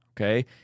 okay